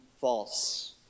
false